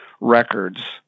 records